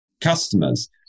customers